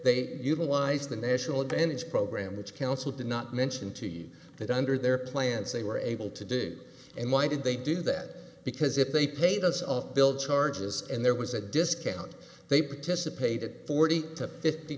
they utilize the national advantage program which counsel did not mention to you that under their plans they were able to do and why did they do that because if they paid us off bill charges and there was a discount they participated forty to fifty